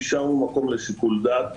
השארנו מקום לשיקול דעת,